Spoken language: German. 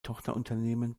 tochterunternehmen